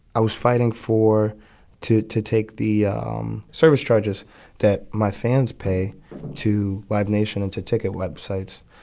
i was fighting for to to take the um service charges that my fans pay to live nation and to ticket websites